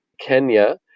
Kenya